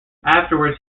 afterwards